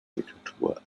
diktatur